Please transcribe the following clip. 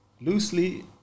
loosely